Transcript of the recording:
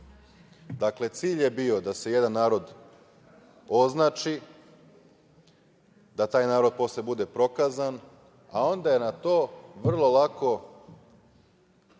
uloga. Dakle, cilj je bio da se jedan narod označi, da taj narod posle bude prokazan, a onda na to vrlo lako